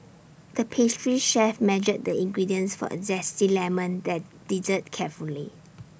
the pastry chef measured the ingredients for A Zesty Lemon that dessert carefully